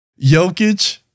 Jokic